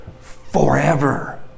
forever